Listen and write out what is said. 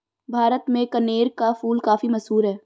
भारत में कनेर का फूल काफी मशहूर है